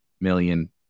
million